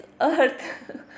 earth